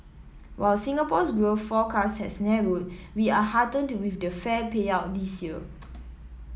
while Singapore's growth forecast has narrowed we are heartened with the fair payout this year